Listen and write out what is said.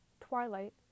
Twilight